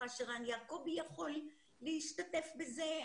בטוחה שרן יעקובי יכול להשתתף בזה,